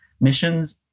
Missions